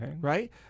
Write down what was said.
Right